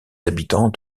habitants